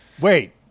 Wait